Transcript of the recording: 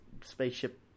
Spaceship